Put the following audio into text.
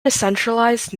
decentralized